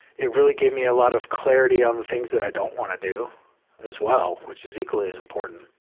it really gave me a lot of clarity on the things that i don't want to do as well, which is equally as important.